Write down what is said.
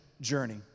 journey